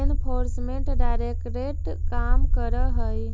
enforcement directorate काम करऽ हई